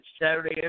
Saturday